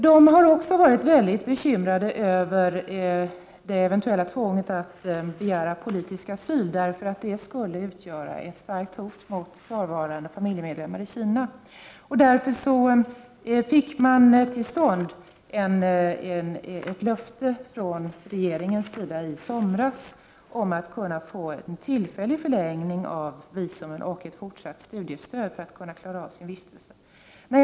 De har också varit mycket bekymrade över det eventuella tvånget att begära politisk asyl — det skulle utgöra ett starkt hot mot kvarvarande familjemedlemmar i Kina. Därför fick de i somras till stånd ett löfte från regeringens sida att kunna få en tillfällig förlängning av visumet och ett fortsatt studiestöd för att kunna klara sitt uppehälle här.